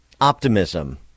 optimism